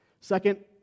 Second